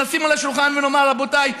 נשים על השולחן ונאמר: רבותיי,